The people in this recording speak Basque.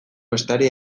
besteari